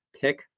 pick